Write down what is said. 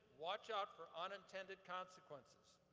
watch out for unintended consequences.